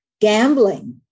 gambling